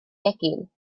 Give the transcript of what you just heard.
gegin